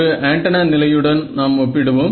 ஒரு ஆண்டனா நிலையுடன் நாம் ஒப்பிடுவோம்